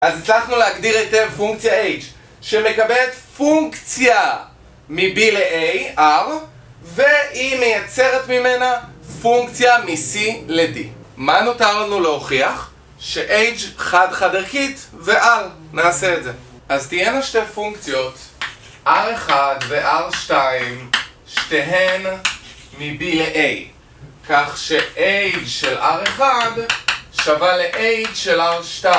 אז הצלחנו להגדיר היטב פונקציה h שמקבלת פונקציה מ-B ל-ar והיא מייצרת ממנה פונקציה מ-c ל-d. מה נותר לנו להוכיח? ש-h חד חד ערכית ו-r, נעשה את זה אז תהיינה שתי פונקציות r1 ו-r2 שתיהן מ-B ל-a כך ש-h של r1 שווה ל-h של r2